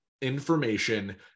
information